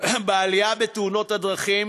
בעלייה בתאונות הדרכים,